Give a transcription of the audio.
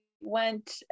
went